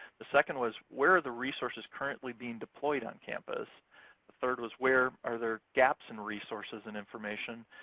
the second was where are the resources currently being deployed on campus? the third was where are there gaps in resources and information?